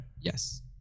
Yes